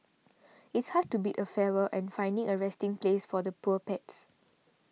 it's hard to bid a farewell and find a resting place for the poor pets